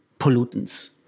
pollutants